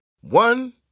One